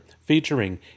featuring